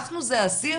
אנחנו זה האסיר,